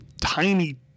tiny